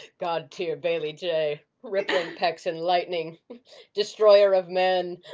god tier baylee jay, rippling pecs, enlightening destroyer of men.